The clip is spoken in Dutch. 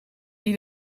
die